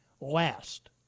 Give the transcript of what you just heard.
last